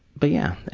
but yeah,